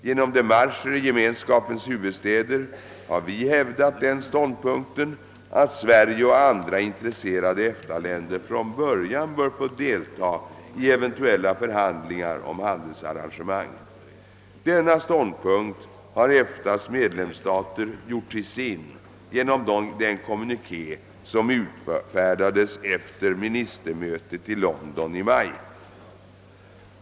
Genom demarscher i Gemenskapens huvudstäder har vi hävdat den ståndpunkten att Sverige och andra intresserade EFTA länder från början bör få deltaga i eventuella förhandlingar om handelsarrangemang. Denna ståndpunkt har EFTA:s medlemsstater gjort till sin genom den kommuniké som utfärdades efter ministermötet i London i maj.